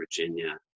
Virginia